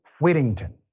Whittington